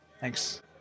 Thanks